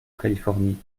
californie